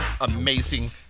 amazing